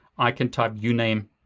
i can type yeah uname